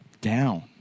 down